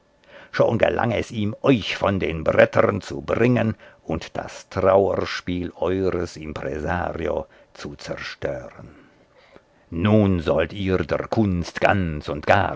schon gelang es ihm euch von den brettern zu bringen und das trauerspiel eures impresario zu zerstören nun sollt ihr der kunst ganz und gar